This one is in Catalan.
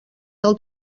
del